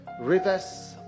rivers